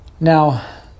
Now